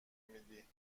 میدی